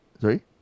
Sorry